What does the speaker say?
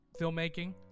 filmmaking